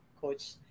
coach